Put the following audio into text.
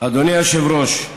אדוני היושב-ראש,